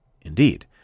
Indeed